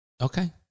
Okay